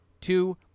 two